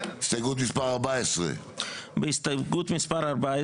הסתייגות מספר 14. הסתייגות מספר 14